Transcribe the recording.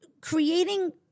creating